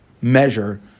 measure